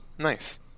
Nice